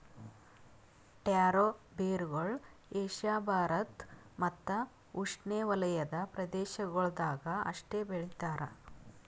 taro ಬೇರುಗೊಳ್ Asia Bharat ಮತ್ತ್ ಉಷ್ಣೆವಲಯದ ಪ್ರದೇಶಗೊಳ್ದಾಗ್ ಅಷ್ಟೆ ಬೆಳಿತಾರ್